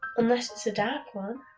unless it's a dark one.